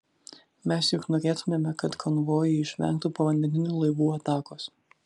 mes juk norėtumėme kad konvojai išvengtų povandeninių laivų atakos